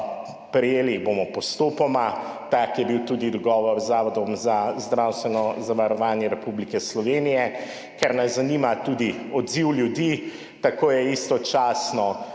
Prejeli jih bomo postopoma, tak je bil tudi dogovor z Zavodom za zdravstveno zavarovanje Republike Slovenije, ker nas zanima tudi odziv ljudi. Tako sta istočasno